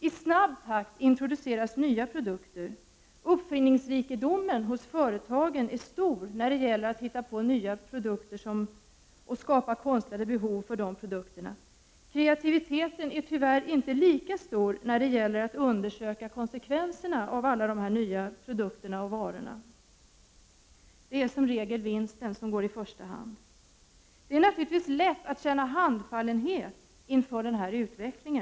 I snabb takt introduceras nya produkter. Uppfinningsrikedomen hos företagen är stor när det gäller att hitta på nya produkter och skapa konstlade behov för de produkterna. Kreativiteten är tyvärr inte lika stor när det gäller att undersöka konsekvenserna av alla dessa nya produkter och varor. Det är som regel vinsten som går i första hand. Det är naturligtvis lätt att känna handfallenhet inför denna utveckling.